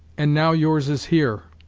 and now yours is here.